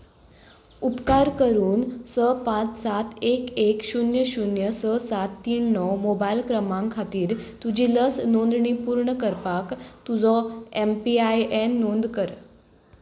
उपकार करून स पांच सात एक एक शुन्य शुन्य स सात तीन णव मोबायल क्रमांक खातीर तुजी लस नोंदणी पूर्ण करपाक तुजो एम पी आय एन नोंद कर